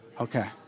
Okay